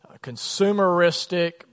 consumeristic